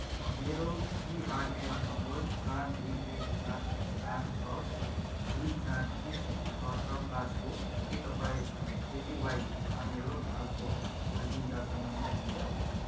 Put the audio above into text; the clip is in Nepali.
मेरो पिआरएएन नम्बर चार दुई एक सात चार छ दुई चार तिन छ छ पाँच हो के तपाईँँ एपिवाईमा मेरो हालको होल्डिङ जाँच गर्न सक्नुहुन्छ